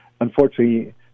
unfortunately